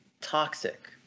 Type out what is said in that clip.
Toxic